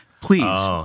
Please